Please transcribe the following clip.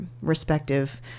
respective